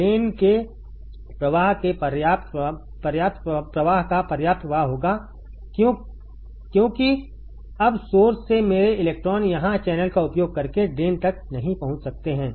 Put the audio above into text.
drain के प्रवाह के पर्याप्त प्रवाह का पर्याप्त प्रवाह होगा क्यों क्योंकि अब सोर्स से मेरे इलेक्ट्रॉन यहां चैनल का उपयोग करके ड्रेन तक नहीं पहुंच सकते हैं